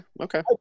okay